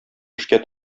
эшкә